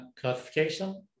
classification